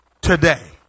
today